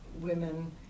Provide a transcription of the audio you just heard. women